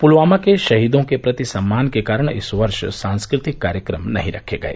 पुलवामा के शहीदों के प्रति सम्मान के कारण इस वर्ष सांस्कृतिक कार्यक्रम नहीं रखे गए